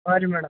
ಹಾಂ ರೀ ಮೇಡಮ್